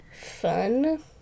Fun